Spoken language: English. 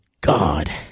God